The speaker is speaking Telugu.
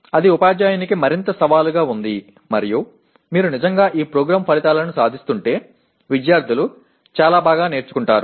ఇది ఉపాధ్యాయునికి మరింత సవాలుగా ఉంది మరియు మీరు నిజంగా ఈ ప్రోగ్రామ్ ఫలితాలను సాధిస్తుంటే విద్యార్థులు చాలా బాగా నేర్చుకుంటారు